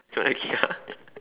you want a Kia